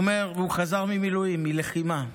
הוא חזר ממילואים, מלחימה,